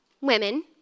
women